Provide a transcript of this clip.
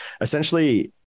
Essentially